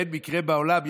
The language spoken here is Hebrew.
אין מקרה בעולם,